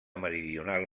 meridional